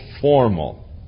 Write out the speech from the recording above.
formal